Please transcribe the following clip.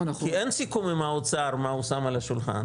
אין סיכום עם האוצר מה הוא שם על השולחן,